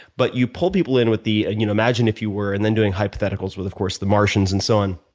but you pull people in with the you know imagine if you were, and then doing hypotheticals with, of course, the martians and so on.